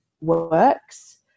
works